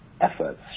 Efforts